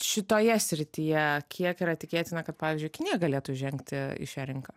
šitoje srityje kiek yra tikėtina kad pavyzdžiui kinija galėtų žengti į šią rinką